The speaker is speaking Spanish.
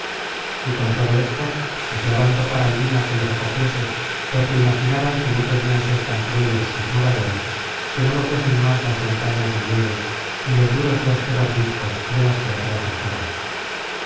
y con todo esto deseaban topar alguna que los acogiese porque imaginaban que no podian ser tan crueles sus moradores que no lo fuesen más las montañas de nieve y los duros y ásperos riscos de las que atras dejaban